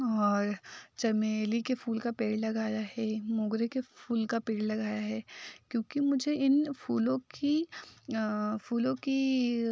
और चमेली के फूल का पेड़ लगाया है मोगरे के फूल का पेड़ लगाया है क्योंकि मुझे इन फूलों की फूलों की